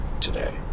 today